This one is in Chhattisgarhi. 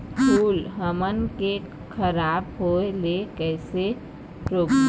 फूल हमन के खराब होए ले कैसे रोकबो?